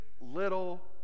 little